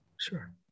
Sure